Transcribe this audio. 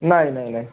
नाही नाही नाही